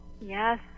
Yes